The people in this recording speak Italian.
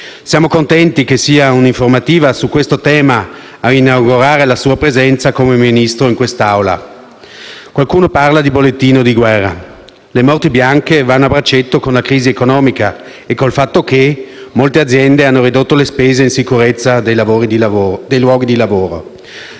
Siamo contenti che sia un'informativa su questo tema a inaugurare la sua presenza come Ministro in quest'Aula. Qualcuno parla di bollettino di guerra, le morti bianche vanno a braccetto con la crisi economica e con il fatto che molte aziende hanno ridotto le spese in sicurezza dei luoghi di lavoro.